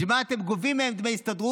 בשביל מה אתם גובים מהם דמי הסתדרות,